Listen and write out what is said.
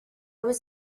was